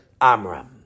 Amram